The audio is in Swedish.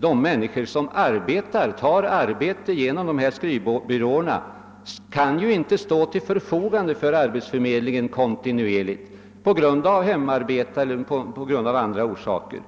De människor som tar arbete genom skrivbyråerna kan inte kontinuerligt stå till förfogande för arbetsförmedlingen på grund av hemarbete eller av andra orsaker.